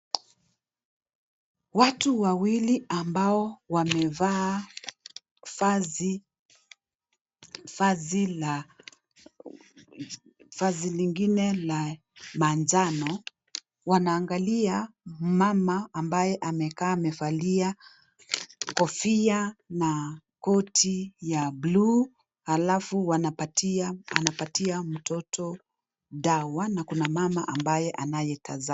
Watu wawili ambao wamevaa vazi lingine la manjano wanaangalia mama ambaye amekaa amevalia kofia na koti ya blue halafu wanapatia mtoto dawa na kuna mama ambaye anayetazama.